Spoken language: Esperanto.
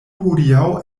hodiaŭ